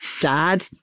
dad